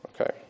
Okay